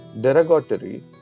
derogatory